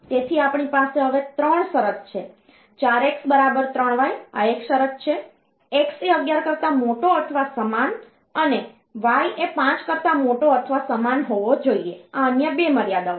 તેથી આપણી પાસે હવે 3 શરત છે 4x બરાબર 3y આ એક શરત છે x એ 11 કરતા મોટો અથવા સમાન અને y એ 5કરતા મોટો અથવા સમાન હોવો જોઈએ આ અન્ય 2 મર્યાદાઓ છે